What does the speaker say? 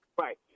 Right